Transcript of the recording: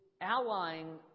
allying